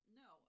no